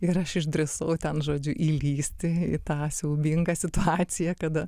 ir aš išdrįsau ten žodžiu įlįsti į tą siaubingą situaciją kada